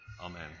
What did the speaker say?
Amen